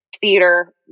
theater